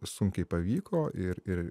sunkiai pavyko ir ir